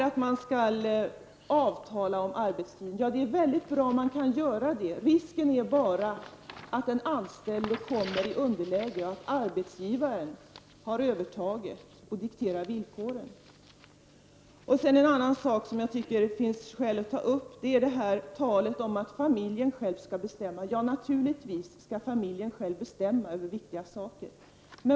Att man kan avtala om arbetstiderna är väl väldigt bra, men risken är bara att de anställda kommer i underläge och att arbetsgivaren har övertaget och dikterar villkoren. En annan sak som jag tycker att det finns skäl att ta upp är talet om att familjen själv skall bestämma. Naturligtvis skall familjen själv bestämma över viktiga saker.